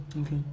Okay